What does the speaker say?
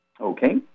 Okay